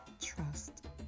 Trust